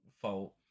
fault